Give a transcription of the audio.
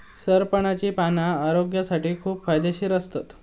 सरपणाची पाना आरोग्यासाठी खूप फायदेशीर असतत